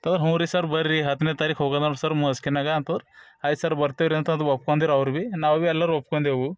ಹ್ಞೂರಿ sir ಬರ್ರಿ ಹತ್ತನೇ ತಾರೀಕು ಹೋಗೋದಲ್ಲ ಸರ್ ಮಸ್ಕಿನಾಗೆ ಅಂತಂದರು ಆಯ್ತು ಸರ್ ಬರ್ತಿವರಿ ಅಂತಂದು ಒಪ್ಕೊಂಡಿರ್ ಅವ್ರು ಭಿ ನಾವು ಭಿ ಎಲ್ಲರೂ ಒಪ್ಕೊಂಡೆವು